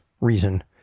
reason